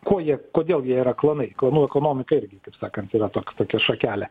ko jie kodėl gi yra klanai klanų ekonomika irgi kaip sakant yra tok tokia šakelė